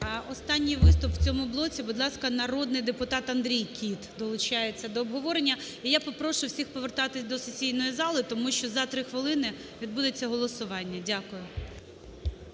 Останній виступ в цьому блоці. Будь ласка, народний депутат Андрій Кіт долучається до обговорення. І я попрошу всіх повертатися до сесійної зали, тому що за 3 хвилини відбудеться голосування. Дякую.